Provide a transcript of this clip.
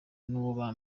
n’uwa